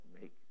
make